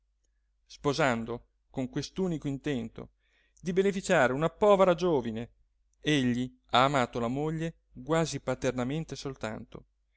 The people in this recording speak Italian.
sposando con quest'unico intento di beneficare una povera giovine egli ha amato la moglie quasi paternamente soltanto